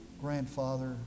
Grandfather